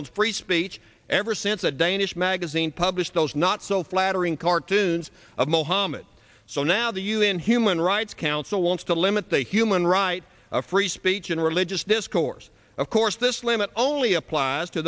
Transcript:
and free speech ever since a danish magazine published those not so flattering cartoons of mohammed so now the un human rights council wants to limit the human right to free speech and religious discourse of course this limit only applies to